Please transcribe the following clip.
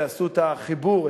ועשו את החיבור,